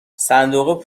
صندوق